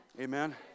Amen